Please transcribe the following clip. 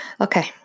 Okay